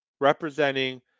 representing